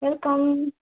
welcome